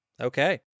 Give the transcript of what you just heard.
Okay